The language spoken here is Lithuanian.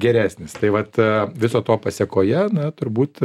geresnis tai vat viso to pasekoje na turbūt